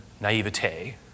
naivete